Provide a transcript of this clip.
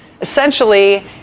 essentially